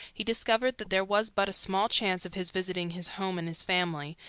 he discovered that there was but small chance of his visiting his home and his family,